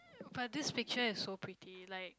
but this picture is so pretty like